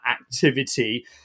activity